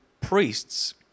priests